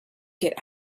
get